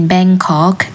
Bangkok